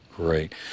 Great